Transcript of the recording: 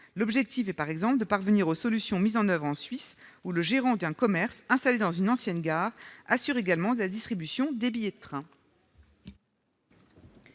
L'objectif est, par exemple, de parvenir aux solutions mises en oeuvre en Suisse, où le gérant d'un commerce, installé dans une ancienne gare, assure également la distribution des billets de train.